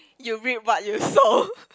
you reap what you sow